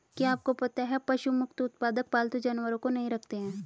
क्या आपको पता है पशु मुक्त उत्पादक पालतू जानवरों को नहीं रखते हैं?